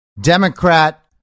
Democrat